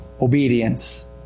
obedience